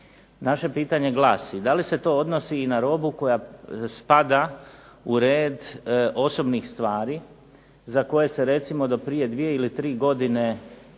Naše pitanje glasi: da li se to odnosi i na robu koja spada u red osobnih stvari za koje se recimo do prije dvije ili tri godine ispisivala